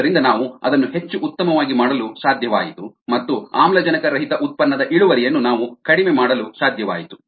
ಆದ್ದರಿಂದ ನಾವು ಅದನ್ನು ಹೆಚ್ಚು ಉತ್ತಮವಾಗಿ ಮಾಡಲು ಸಾಧ್ಯವಾಯಿತು ಮತ್ತು ಆಮ್ಲಜನಕರಹಿತ ಉತ್ಪನ್ನದ ಇಳುವರಿಯನ್ನು ನಾವು ಕಡಿಮೆ ಮಾಡಲು ಸಾಧ್ಯವಾಯಿತು